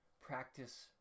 Practice